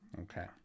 Okay